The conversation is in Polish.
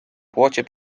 płocie